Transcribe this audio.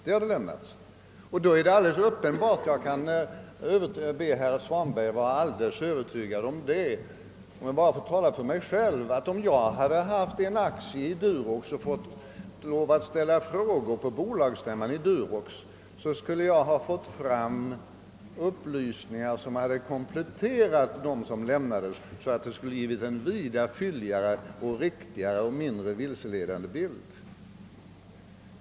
Under sådana förhållanden är det uppenbart — herr Svanberg kan vara alldeles övertygad om det, även om jag bara talar för mig själv — att om jag hade haft en aktie i Durox och fått lov att ställa frågor på bolagsstämman i Durox, skulle jag ha fått fram upplysningar som hade kompletterat de uppgifter som lämnades, så att det blivit en vida fylligare, riktigare och mindre vilseledande bild.